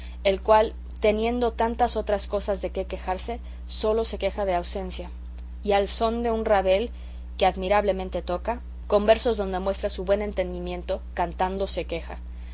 el cual teniendo tantas otras cosas de que quejarse sólo se queja de ausencia y al son de un rabel que admirablemente toca con versos donde muestra su buen entendimiento cantando se queja